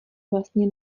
vlastně